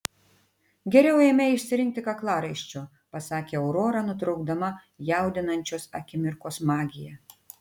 geriau eime išsirinkti kaklaraiščio pasakė aurora nutraukdama jaudinančios akimirkos magiją